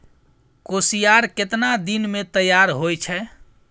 कोसियार केतना दिन मे तैयार हौय छै?